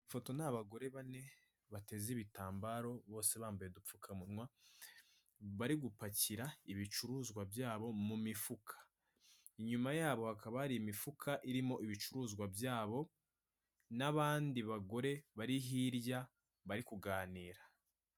Ifoto y'abagore bane bateze ibitambaro bose bambaye udupfukamunwa bari gupakira ibicuruzwa byabo mu mifuka. Inyuma yabo hakaba hari imifuka irimo ibicuruzwa byabo, n'abandi bagore bari hirya bari kuganira.